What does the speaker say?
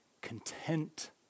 Content